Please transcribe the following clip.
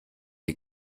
ihr